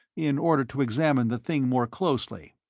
in order to examine the thing more closely,